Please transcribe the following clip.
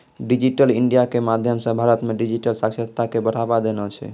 digital India के माध्यम से भारत मे डिजिटल साक्षरता के बढ़ावा देना छै